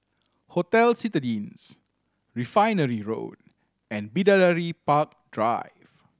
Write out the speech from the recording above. Hotel Citadines Refinery Road and Bidadari Park Drive